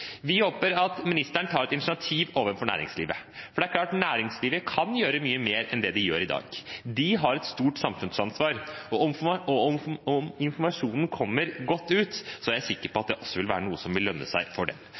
Vi håper at ministeren tar et initiativ overfor næringslivet. For det er klart – næringslivet kan gjøre mye mer enn det de gjør i dag. De har et stort samfunnsansvar, og om informasjonen kommer godt ut, er jeg sikker på at det også vil være noe som vil lønne seg for dem.